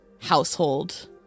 household